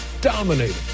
dominated